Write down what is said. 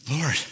Lord